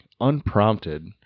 unprompted